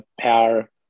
power